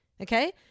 okay